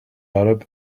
arab